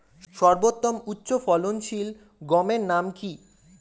সর্বতম উচ্চ ফলনশীল গমের নাম কি?